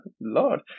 Lord